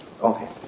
okay